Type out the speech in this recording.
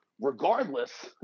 regardless